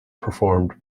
performed